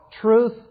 truth